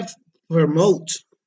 Promote